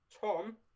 Tom